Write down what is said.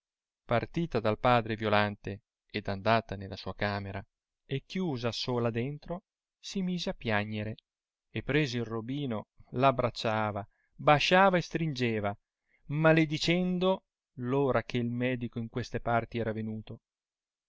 partita dal padre violante ed andata nella sua camera e chiusa sola dentro si mise a piagnere e preso il robino l'abbracciava basciava e stringeva maladicendo l'ora che il medico in queste parti era venuto